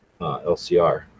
LCR